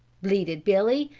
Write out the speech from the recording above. bleated billy,